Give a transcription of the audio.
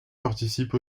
participe